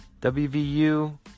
WVU